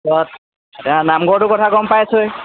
তাৰপাছত এয়া নামঘৰটোৰ কথা গম পাইছই